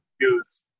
use